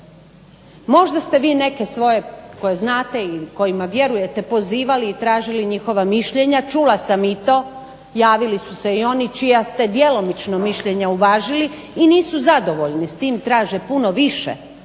Možda ste vi neke svoje koje znate ili kojima vjerujete pozivali i tražili njihova mišljenja, čula sam i to, javili su se i oni čija ste djelomično mišljenja uvažili i nisu zadovoljni s tim i traže puno više